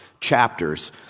chapters